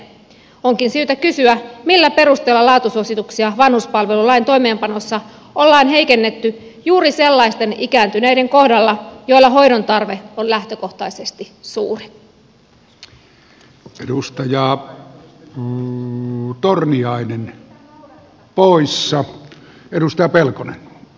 onkin syytä kysyä millä perusteella laatusuosituksia vanhuspalvelulain toimeenpanossa ollaan heikennetty juuri sellaisten ikääntyneiden kohdalla joilla hoidontarve on lähtökohtaisesti suuri